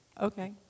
okay